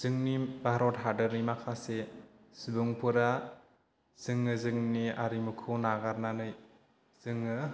जोंनि भारत हादरनि माखासे सुबुंफोरा जोङो जोंनि आरिमुखौ नागारनानै जोङो